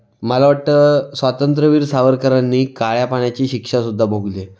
मला वाटतं स्वातंत्रवीर सावरकरांनी काळ्या पाण्याची शिक्षासुद्धा भोगली आहे